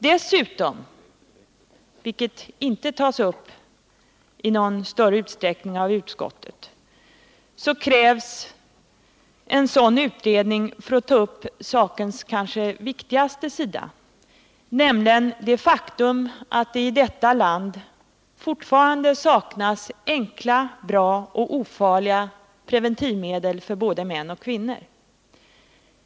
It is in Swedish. Dessutom, vilket utskottet inte berör i någon större utsträckning, krävs en sådan utredning för att ta upp sakens kanske viktigaste sida, nämligen det faktum att det i detta land fortfarande saknas enkla, bra och ofarliga preventivmedel för både män och kvinnor.